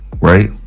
Right